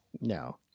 No